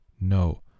No